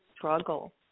struggle